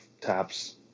taps